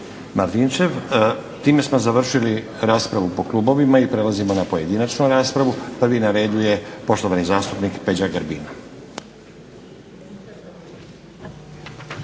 Martinčev. Time smo završili raspravu po klubovima i prelazimo na pojedinačnu raspravu. Prvi na redu je poštovani zastupnik Peđa Grbin.